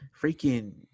freaking